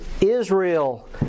Israel